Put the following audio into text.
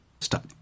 Stop